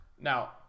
now